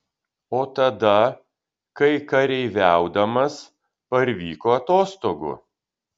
o tada kai kareiviaudamas parvyko atostogų